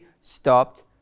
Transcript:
stopped